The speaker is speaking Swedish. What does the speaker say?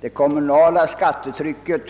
Det kommunala skattetrycket